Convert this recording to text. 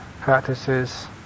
practices